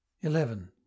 Eleven